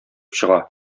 чыга